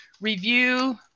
review